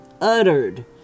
uttered